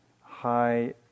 high